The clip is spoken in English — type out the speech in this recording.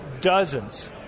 dozens